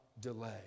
delay